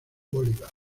bolívar